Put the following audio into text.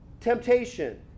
Temptation